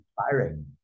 inspiring